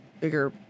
bigger